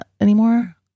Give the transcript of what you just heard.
anymore